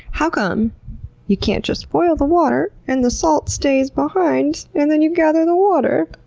how come you can't just boil the water and the salt stays behind and then you gather the water?